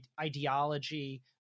ideology